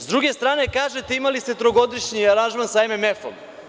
S druge strane kažete imali ste trogodišnji aranžman sa MMF.